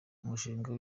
umushinga